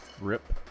Rip